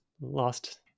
lost